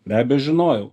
be abejo žinojau